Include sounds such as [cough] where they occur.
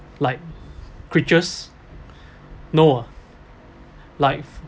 like creatures [breath] no ah like